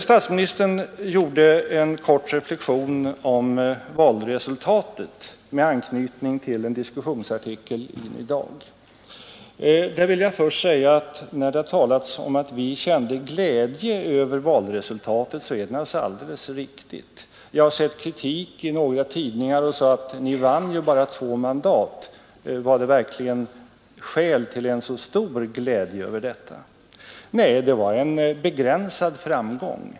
Statsministern gjorde en kort reflexion om valresultatet med anknytning till en diskussionsartikel i Ny Dag. Jag vill först säga att när det talas om att vi kände glädje över valresultatet så är det alldeles riktigt. Jag har sett kritik i några tidningar som säger: Ni vann ju bara två mandat. Fanns det verkligen skäl till så stor glädje över detta? — Nej, det var en begränsad framgång.